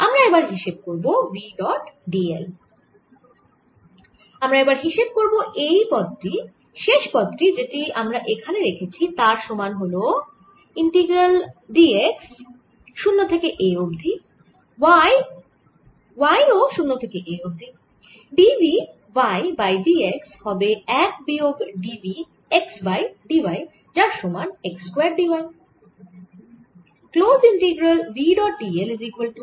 আমরা এবার হিসেব করব v ডট d l আমি এবার হিসেব করব এই পদ টি শেষ পদ যেটি আমরা এখানে রেখেছি যার সমান হল ইন্টিগ্রাল d x 0 থেকে a অবধি y ও 0 থেকে a অবধি d v y by d x হবে 1 বিয়োগ d v x by d y যার সমান x স্কয়ার d y